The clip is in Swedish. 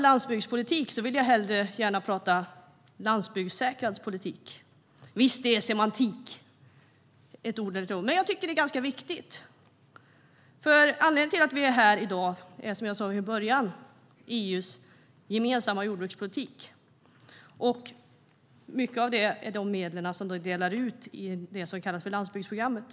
Jag vill hellre tala om landsbygdssäkrad politik. Visst, det är semantik men ändå viktigt, för anledningen till att vi är här i dag är EU:s gemensamma jordbrukspolitik och de medel som delas ut i det som kallas landsbygdsprogrammet.